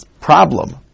problem